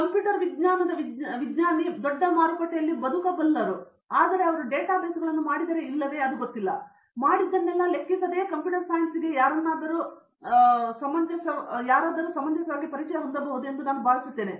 computer ವಿಜ್ಞಾನದ ವಿಜ್ಞಾನಿ ದೊಡ್ಡ ಮಾರುಕಟ್ಟೆಯಲ್ಲಿ ಬದುಕಬಲ್ಲವರಾಗಿದ್ದರೆ ಅವರು ಡೇಟಾಬೇಸ್ಗಳನ್ನು ಮಾಡಿದರೆ ಇಲ್ಲವೇ ಅವರು ಮಾಡಿದ್ದನ್ನೆಲ್ಲಾ ಲೆಕ್ಕಿಸದೆಯೇ ಕಂಪ್ಯೂಟರ್ ಸೈನ್ಸ್ಗೆ ಯಾರನ್ನಾದರೂ ಸಮಂಜಸವಾದ ಪರಿಚಯ ಮಾಡಬಹುದೆಂದು ನಾನು ಭಾವಿಸುತ್ತೇನೆ